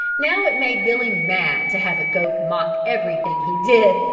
now it made billy mad to have a goat mock everything he did,